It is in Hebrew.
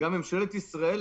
גם ממשלת ישראל,